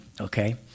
Okay